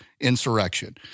insurrection